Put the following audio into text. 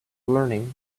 learning